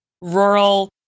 rural